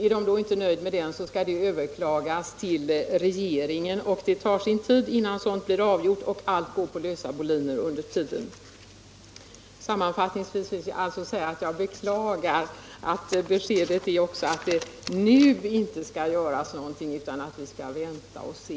Är man inte nöjd med ett beslut skall det överklagas till regeringen. Det tar sin tid innan sådant blir avgjort, och allt går på lösa boliner under tiden. Sammanfattningsvis vill jag alltså säga att jag beklagar att utskotts Nr 85 majoriteten anser att det nu inte skall göras någonting utan att vi skall Torsdagen den vänta och se.